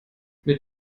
mit